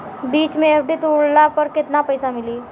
बीच मे एफ.डी तुड़ला पर केतना पईसा मिली?